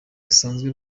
basanzwe